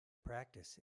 practice